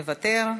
מוותר,